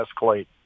escalate